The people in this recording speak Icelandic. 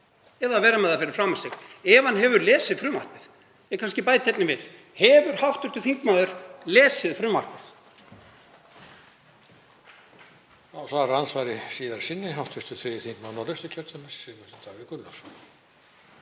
eða vera með þær fyrir framan sig ef hann hefur lesið frumvarpið. Ég kannski bæti einni við: Hefur hv. þingmaður lesið frumvarpið?